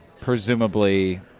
presumably